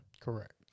Correct